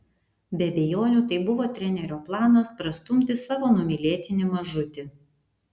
be abejonių tai buvo trenerio planas prastumti savo numylėtinį mažutį